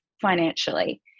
financially